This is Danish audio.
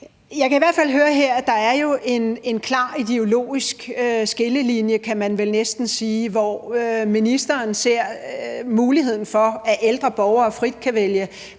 hvert fald høre her, at der er en klar ideologisk skillelinje, kan man vel næsten sige, hvor ministeren ser muligheden for, at ældre borgere frit kan vælge